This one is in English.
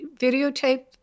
videotape